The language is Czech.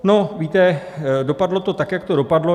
No, víte, dopadlo to tak, jak to dopadlo.